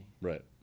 Right